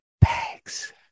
Bags